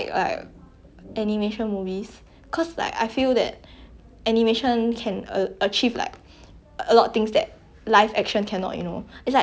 a lot of things that live action cannot you know it's like the the things that they draw cannot be replicated in real life [one] [what] cause like I always watch like those